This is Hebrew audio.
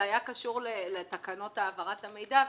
זה היה קשור לתקנות העברת המידע,